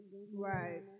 Right